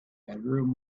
bedroom